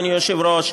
אדוני היושב-ראש,